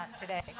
today